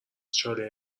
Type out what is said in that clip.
چاله